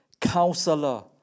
Counselor